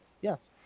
Yes